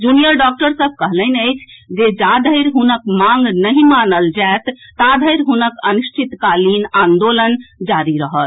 junior doctor सभ कहलनि अछि जे जा धरि हुनक मांग नहि मानल जाएत ता धरि हुनक अनिश्चितकालीन आंदोलन जारी रहत